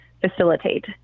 facilitate